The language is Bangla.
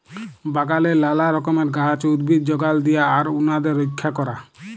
বাগালে লালা রকমের গাহাচ, উদ্ভিদ যগাল দিয়া আর উনাদের রইক্ষা ক্যরা